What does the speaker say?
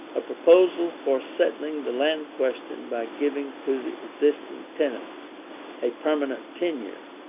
a proposal for settling the land question by giving to the existing tenants a permanent tenure,